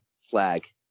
flag